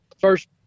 first